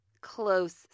close